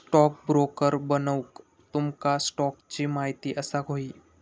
stockbroker बनूक तुमका स्टॉक्सची महिती असाक व्हयी